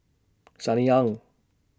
Sunny Ang